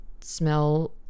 smell